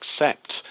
accept